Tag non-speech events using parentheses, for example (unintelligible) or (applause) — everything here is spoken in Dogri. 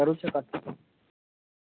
(unintelligible)